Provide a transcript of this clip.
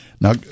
Now